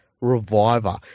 Reviver